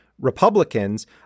Republicans